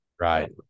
right